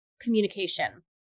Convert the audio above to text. communication